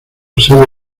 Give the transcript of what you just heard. sede